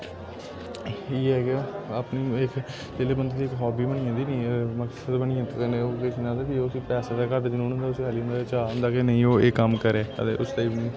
इ'यां गे अपनी इक जेल्लै बंदे दी हाबी बनी जंदी निं इक मकसद बनी जंदा ते ओह् फ्ही उस्सी पैसे दा घट जुनून खाली इ'यां चा औंदा निं ओह् एह् कम्म करै ते उस्से दी